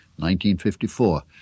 1954